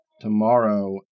tomorrow